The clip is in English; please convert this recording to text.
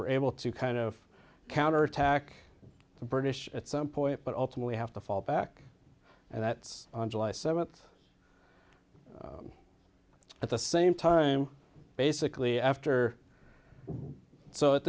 we're able to kind of counterattack the british at some point but ultimately have to fall back and that's on july seventh at the same time basically after so at